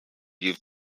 youth